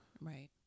Right